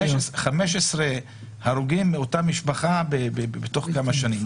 15 הרוגים מאותה משפחה בתוך כמה שנים.